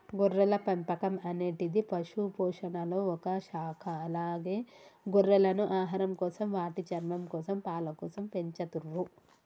గొర్రెల పెంపకం అనేటిది పశుపోషణలొ ఒక శాఖ అలాగే గొర్రెలను ఆహారంకోసం, వాటి చర్మంకోసం, పాలకోసం పెంచతుర్రు